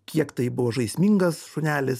kiek tai buvo žaismingas šunelis